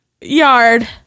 yard